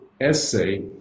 essay